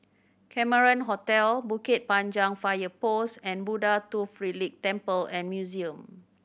Cameron Hotel Bukit Panjang Fire Post and Buddha Tooth Relic Temple and Museum